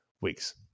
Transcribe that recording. weeks